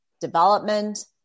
development